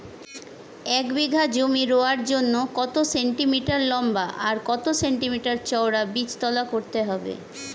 এক বিঘা জমি রোয়ার জন্য কত সেন্টিমিটার লম্বা আর কত সেন্টিমিটার চওড়া বীজতলা করতে হবে?